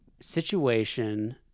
situation